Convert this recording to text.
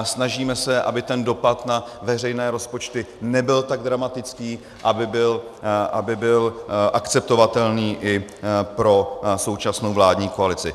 Snažíme se, aby dopad na veřejné rozpočty nebyl tak dramatický, aby byl akceptovatelný i pro současnou vládní koalici.